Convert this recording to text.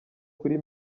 kuri